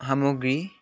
সামগ্ৰী